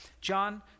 john